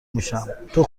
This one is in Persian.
میشم، تو